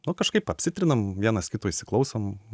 nu kažkaip apsitrinam vienas kito įsiklausom